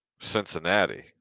Cincinnati